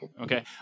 okay